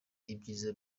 ibyiza